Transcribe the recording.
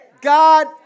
God